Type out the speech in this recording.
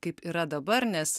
kaip yra dabar nes